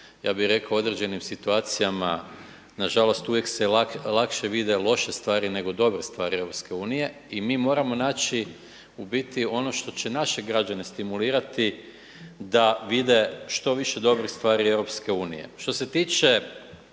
ja bih rekao u određenim situacijama. Nažalost, uvijek se lakše vide loše stvari nego dobre stvari EU. I mi moramo naći u biti ono što će naše građane stimulirati da vide što više dobrih stvari EU. Što se tiče